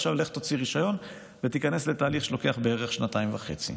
ועכשיו לך תוציא רישיון ותיכנס לתהליך שלוקח בערך שנתיים וחצי.